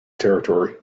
territory